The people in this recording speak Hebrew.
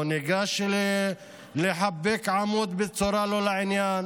הוא ניגש לחבק עמוד בצורה לא לעניין